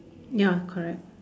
ya correct